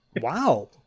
Wow